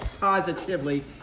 positively